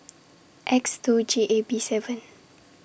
X two G A B seven